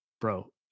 Bro